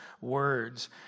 words